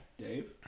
Dave